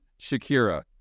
Shakira